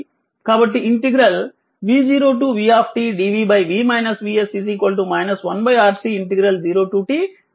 కాబట్టి v0vdv 1 RC 0t dt